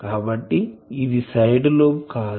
కాబట్టి ఇది side lobe కాదు